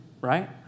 right